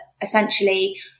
essentially